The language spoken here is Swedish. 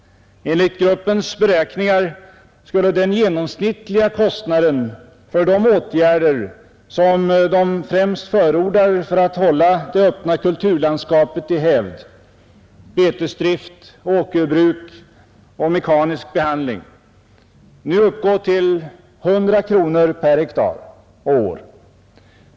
Enligt gruppens beräkningar skulle den genomsnittliga kostnaden för de åtgärder som man främst förordar för att hålla det öppna kulturlandskapet i hävd — betesdrift, åkerbruk och mekanisk behandling — nu uppgå till 100 kronor per år och hektar.